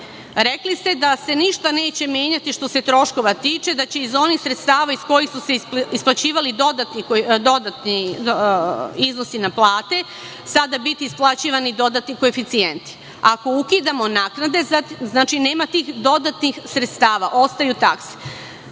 takse. Rekli ste da se ništa neće menjati, što se troškova tiče, da će iz onih sredstava iz kojih su se isplaćivali dodatni iznosi na plate sada biti isplaćivani dodatni koeficijenti. Ako ukidamo naknade, nema tih dodatnih sredstava, ostaju takse.